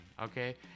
okay